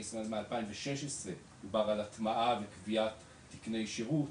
ישראל מ-2016 דובר על הטמעה וקביעת תקני שירות,